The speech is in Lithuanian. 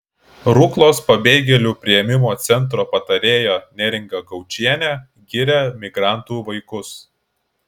ruklos pabėgėlių priėmimo centro patarėja neringa gaučienė giria migrantų vaikus